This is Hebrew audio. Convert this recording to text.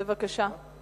בבקשה.